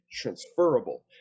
transferable